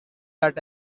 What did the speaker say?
that